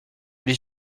les